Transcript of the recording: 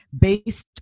based